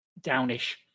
downish